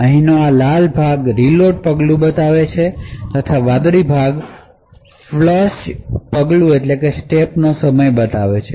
અહીંનો લાલ ભાગ રીલોડ પગલું બતાવે છે અને અહીંનો વાદળી ભાગ ફ્લશ સ્ટેપનો સમય બતાવે છે